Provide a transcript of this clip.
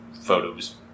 photos